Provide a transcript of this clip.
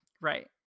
Right